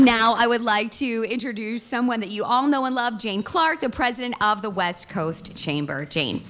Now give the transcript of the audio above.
now i would like to introduce someone that you all know and love jane clarke the president of the west coast chamber jane